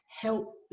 help